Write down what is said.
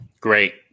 Great